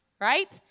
right